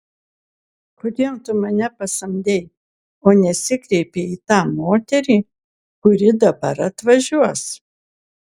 kodėl tu mane pasamdei o nesikreipei į tą moterį kuri dabar atvažiuos